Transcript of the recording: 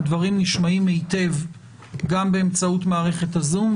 הדברים נשמעים היטב גם באמצעות מערכת הזום,